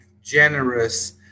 generous